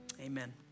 Amen